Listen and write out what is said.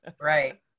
Right